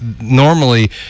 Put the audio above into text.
normally